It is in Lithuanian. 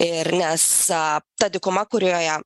ir nes ta dykuma kurioje